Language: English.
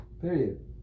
Period